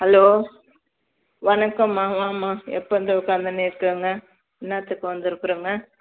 hello வணக்கம்மா வாம்மா எப்போ வந்து உட்காந்த நேத்துலேர்ந்து என்னாத்துக்கு வந்திருக்குறங்க